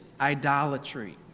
idolatry